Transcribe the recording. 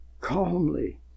calmly